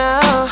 Now